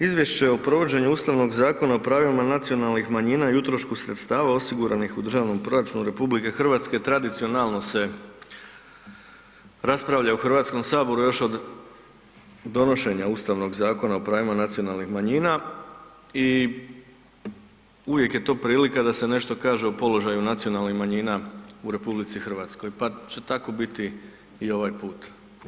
Izvješće o provođenju Ustavnog Zakona o pravima nacionalnih manjina i utrošku sredstava osiguranih u Državnom proračunu RH tradicionalno se raspravlja u HS još od donošenja Ustavnog Zakona o pravima nacionalnih manjina i uvijek je to prilika da se nešto kaže o položaju nacionalnih manjina u RH, pa će tako biti i ovaj put.